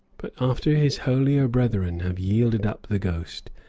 but after his holier brethren have yielded up the ghost,